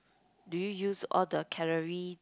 do you use all the calorie